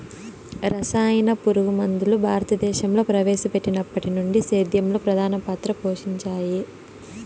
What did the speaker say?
రసాయన పురుగుమందులు భారతదేశంలో ప్రవేశపెట్టినప్పటి నుండి సేద్యంలో ప్రధాన పాత్ర పోషించాయి